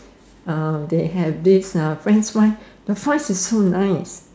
uh they have this French fries the fries is so nice